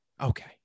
Okay